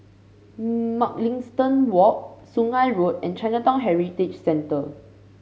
Mugliston Walk Sungei Road and Chinatown Heritage Centre